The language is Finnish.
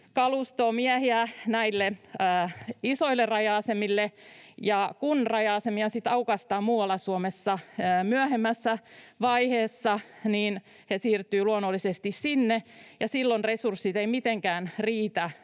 kalustoa ja miehiä näille isoille raja-asemille. Kun raja-asemia sitten aukaistaan muualla Suomessa myöhemmässä vaiheessa, he siirtyvät luonnollisesti sinne, ja silloin resurssit eivät mitenkään riitä